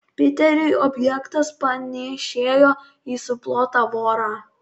piteriui objektas panėšėjo į suplotą vorą